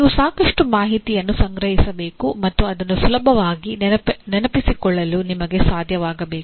ನೀವು ಸಾಕಷ್ಟು ಮಾಹಿತಿಯನ್ನು ಸಂಗ್ರಹಿಸಬೇಕು ಮತ್ತು ಅದನ್ನು ಸುಲಭವಾಗಿ ನೆನಪಿಸಿಕೊಳ್ಳಲು ನಿಮಗೆ ಸಾಧ್ಯವಾಗುಬೇಕು